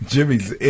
Jimmy's